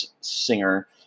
singer